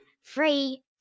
free